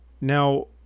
now